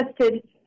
tested